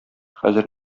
хәзер